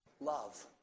love